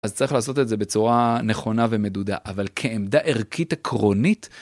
אז צריך לעשות את זה בצורה נכונה ומדודה, אבל כעמדה ערכית עקרונית.